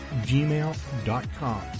gmail.com